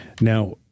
Now